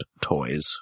toys